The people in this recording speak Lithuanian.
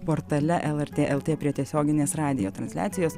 portale lrt el t prie tiesioginės radijo transliacijos